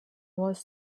was